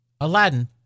Aladdin